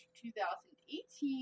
2018